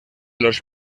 los